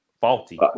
faulty